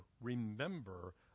remember